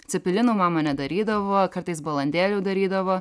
cepelinų mama nedarydavo kartais balandėlių darydavo